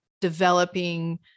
developing